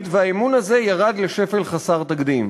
הציבורית, האמון הזה ירד לשפל חסר תקדים.